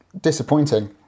disappointing